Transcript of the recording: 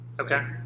Okay